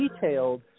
detailed